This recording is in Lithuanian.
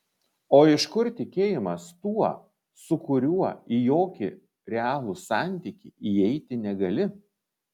o iš kur tikėjimas tuo su kuriuo į jokį realų santykį įeiti negali